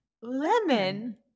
lemon